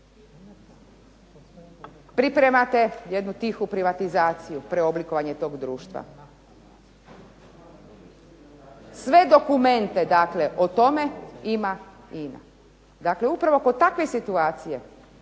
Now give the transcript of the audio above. pripremate jednu tihu privatizaciju preoblikovanja toga društva. Sve dokumente o tome ima INA. Dakle upravo kod takve situacije